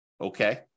Okay